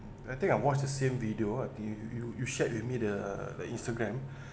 I think I watch the same video I think you you you shared with me the the instagram